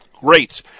Great